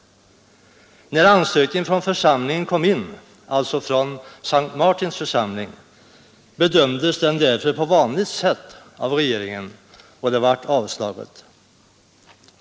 När ansökan från S:t Martins församling kom in bedömdes den därför på vanligt sätt av regeringen, och det blev avslag.